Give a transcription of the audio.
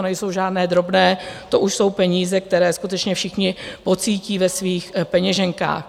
To nejsou žádné drobné, to už jsou peníze, které skutečně všichni pocítí ve svých peněženkách.